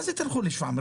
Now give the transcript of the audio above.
מה זה "תלכו לשפרעם"?